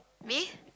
me